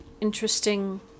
interesting